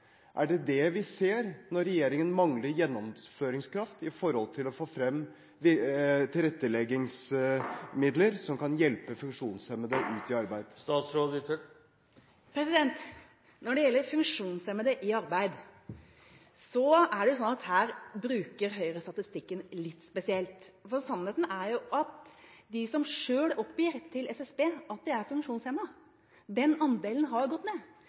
Er det det vi ser når regjeringen mangler gjennomføringskraft for å få frem tilretteleggingsmidler som kan hjelpe funksjonshemmede ut i arbeid? Når det gjelder funksjonshemmede i arbeid, bruker Høyre statistikken litt spesielt. Sannheten er jo at andelen av dem som selv oppgir til SSB at de er funksjonshemmede, har gått ned